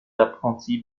apprentis